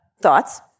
Thoughts